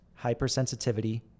hypersensitivity